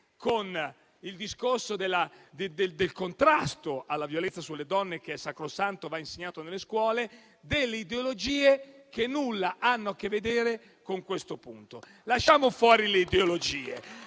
con il discorso del contrasto alla violenza sulle donne che è sacrosanto e va insegnato nelle scuole, delle ideologie che nulla hanno a che vedere con questo punto. Lasciamo fuori le ideologie;